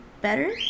better